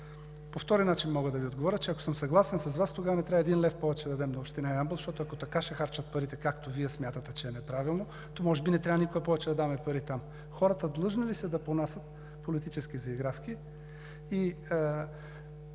По втория начин мога да Ви отговоря, че ако съм съгласен с Вас, тогава не трябва един лев повече да дадем на община Ямбол, защото, ако така ще харчат парите, както Вие смятате, че е неправилно, може би не трябва никога повече да даваме пари там. Хората длъжни ли са да понасят политически заигравки